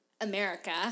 America